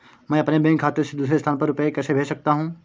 मैं अपने बैंक खाते से दूसरे स्थान पर रुपए कैसे भेज सकता हूँ?